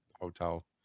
hotel